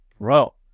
Bro